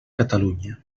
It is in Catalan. catalunya